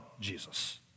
Jesus